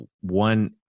one